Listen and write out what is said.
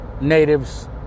Natives